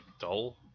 dull